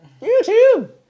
YouTube